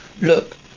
Look